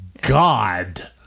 God